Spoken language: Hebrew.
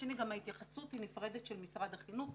שני גם התייחסות נפרדת של משרד החינוך